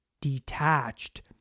detached